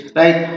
right